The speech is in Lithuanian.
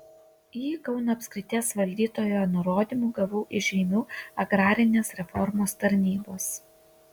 jį kauno apskrities valdytojo nurodymu gavau iš žeimių agrarinės reformos tarnybos